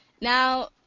Now